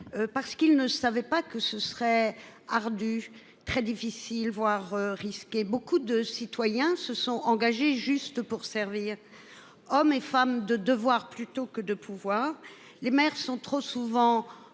Parce qu'il ne savait pas que ce serait ardue très difficile voire risqué. Beaucoup de citoyens se sont engagés juste pour servir. Hommes et femmes de devoir plutôt que de pouvoir les maires sont trop souvent